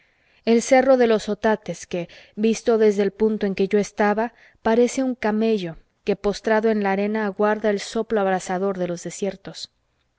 el cerro de los otates que visto desde el punto en que yo estaba parece un camello que postrado en la arena aguarda el soplo abrasador de los desiertos